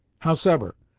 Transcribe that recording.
howsever,